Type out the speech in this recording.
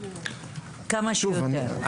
כמה שיותר.